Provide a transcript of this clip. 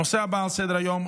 הנושא הבא על סדר-היום,